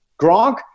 Gronk